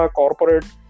corporate